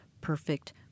perfect